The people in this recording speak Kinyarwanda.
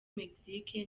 mexique